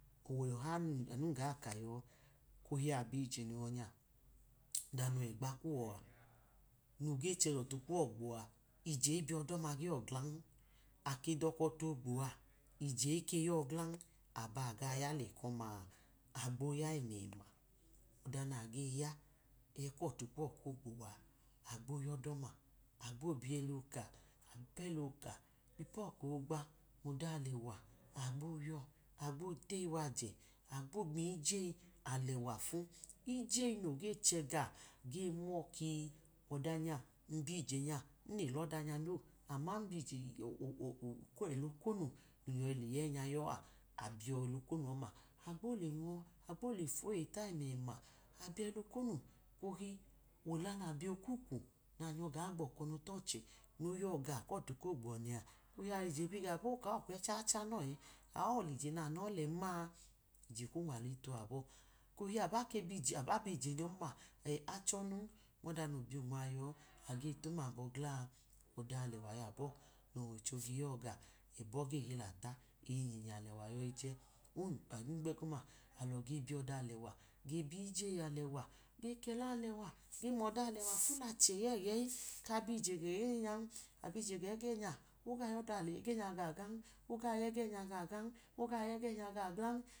Ọwẹ ọha nun ga ka yọ, ohi abiyije no yọ nya, ọda no wegba kuọ noge chẹ lọtẹ kuọ gbọa ije chẹ biyọdọma glọ glan, aba ke dọka ote ogba a ije ke yọ glan, aba ga ya lẹa? Agbo ya ẹnẹmẹma ọda ne ya ẹ kọtu kuwọ ko gboa agbo yọlọma agbo biyẹla ọka ipuela oka tipu ọko ogba, ọda alẹwa agbo yọ agbọ teyi waje agbo miye eyeyi alẹwa fu, yeyi noge chẹgaọ gemọ ku ọda biye ije nya n le lọdanya no ama ẹla akonu nun biyoyi lẹya, yọa abiyọ, abiẹla okonu abiyẹla okom oma agbo le nwọ agbo le kwoyeyi kula ẹmẹma, ohi ẹla na biyokwukwu nyo ga gbọkọ nu tache oti noyi yọ gaọ kọtu ko gbo uwọ nẹ aliye ohi nyi yọ gaọ kọtu ko gbo uwọ ne alije biugbo okawọ okwẹcha ichanọ ẹ awọ olije ẹ namo ilẹm-ma, ye kewunwalu ite abọ, eko oti aba ke aba biyije nyon-ma achọnu nọda no biyeuwa ayọ age tum abọ gila, ọda alẹwa yọ abọ nọwọido ge yọ gaọ nẹbọ ge lutata eyi nyinyi alẹwa yọyi je oleka higbu ogọma alọ ge biyọda alẹwa ge biyyeyi alẹwa ge kẹta alẹwa, ge mọda alẹwa fu lachẹ eyẹyẹyi ka biyye le yoyeyi nya abiyeje gẹga ẹgenya, oga yẹ ẹgẹnya gaọ glan, oga yẹ ẹgẹ nya gaọ gla oga yegẹ nyan.